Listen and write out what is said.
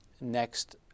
next